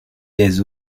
des